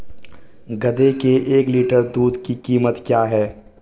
गधे के एक लीटर दूध की कीमत क्या है?